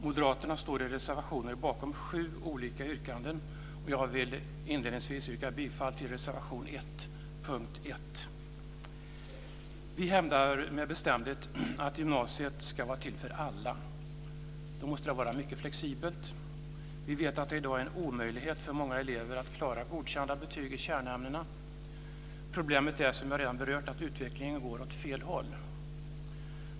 Moderaterna står i reservationer bakom sju olika yrkanden. Jag vill inledningsvis yrka bifall till reservation 1 under punkt 1. Vi hävdar med bestämdhet att gymnasiet ska vara till för alla. Då måste det vara mycket flexibelt. Vi vet att det i dag är en omöjlighet för många elever att klara godkända betyg i kärnämnena. Problemet är, som jag redan berört, att utvecklingen går åt fel håll.